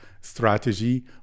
strategy